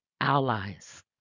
allies